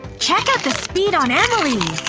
check out the speed on emily!